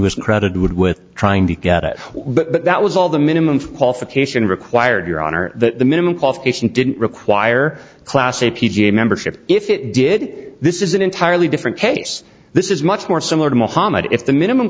was credited with trying to get it but that was all the minimum qualification required your honor that the minimum qualification didn't require class a p g a membership if it did this is an entirely different case this is much more similar to mohammad if the minimum